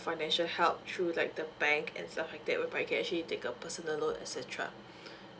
financial help through like the bank and stuff like that whereby you can actually take a personal loan et cetera